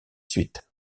suite